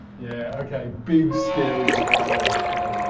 yeah okay. big scary spider okay.